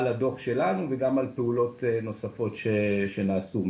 הדוח שלנו וגם על פעולות נוספות שנעשו,